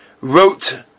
Wrote